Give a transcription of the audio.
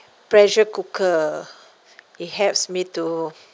pressure cooker it helps me to